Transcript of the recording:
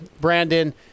Brandon